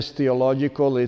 theological